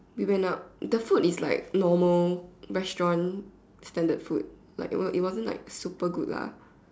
we went up the food is like normal restaurant standard food like it was it wasn't like super good lah